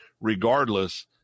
regardless